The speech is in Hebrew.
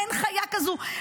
אין חיה כזו.